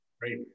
Great